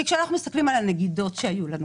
כשאנחנו מסתכלים על הנגידות שהיו לנו,